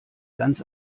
ganz